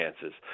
chances